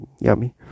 yummy